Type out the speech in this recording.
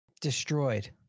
Destroyed